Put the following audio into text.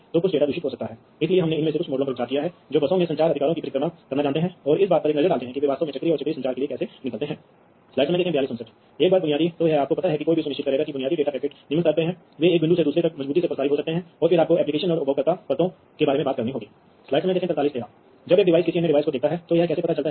तो आप समझ सकते हैं कि यदि आप तुलना करते हैं तो इस आरेख में भी यदि आप हरे रंग की रेखाओं के साथ पीले रंग की रेखाओं की लंबाई की तुलना करते हैं तो आप समझ जाएंगे कि किस तरह के केबल बिछाने के फायदे हैं जो आपको मिल सकते हैं प्लांट में बस या रिंग तरह का नेटवर्क चल रहा है ठीक है